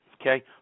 Okay